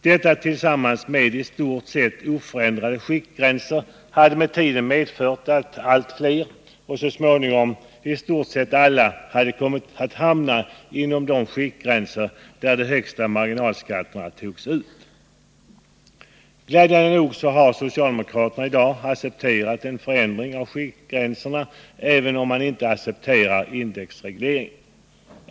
Detta tillsammans med i stort sett oförändrade skiktgränser hade med tiden medfört att allt fler och så småningom i stort sett alla hade kommit att hamna inom de skiktgränser där de högsta marginalskatterna togs ut. Glädjande nog har socialdemokraterna i dag accepterat en förändring av skiktgränserna, även om de inte accepterar indexregleringen.